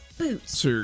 boots